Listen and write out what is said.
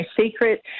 secret